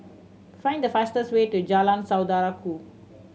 find the fastest way to Jalan Saudara Ku